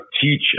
teach